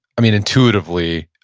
i mean intuitively,